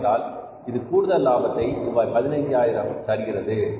ஏனென்றால் இது கூடுதல் லாபத்தை ரூபாய் 15000 தருகிறது